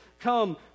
come